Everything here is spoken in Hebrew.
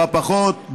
טובה פחות,